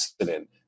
accident